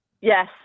Yes